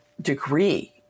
degree